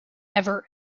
ever